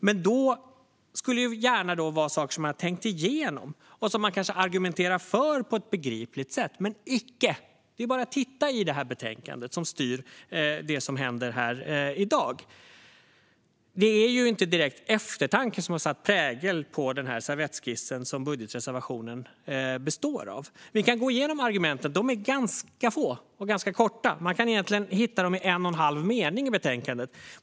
Men det ska gärna vara saker som man har tänkt igenom och som man argumenterar för på ett begripligt sätt. Men icke! Titta bara i betänkandet som styr det som händer här i dag. Det är inte direkt eftertanke som präglar den servettskiss som budgetreservationen består av. Vi kan gå igenom argumenten. De är ganska få och ganska korta. Man kan egentligen hitta dem i en och halv mening i betänkandet.